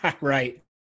right